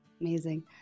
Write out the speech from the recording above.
Amazing